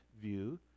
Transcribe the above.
view